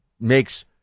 makes